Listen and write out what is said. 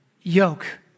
yoke